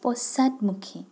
পশ্চাদমুখী